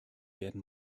werden